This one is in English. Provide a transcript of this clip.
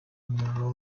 neural